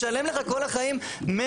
ישלם לך כל החיים 100,